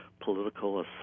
political